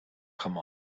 come